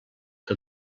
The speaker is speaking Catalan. que